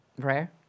Rare